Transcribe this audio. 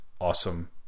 awesome